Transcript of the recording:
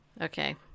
Okay